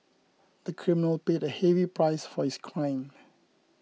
the criminal paid a heavy price for his crime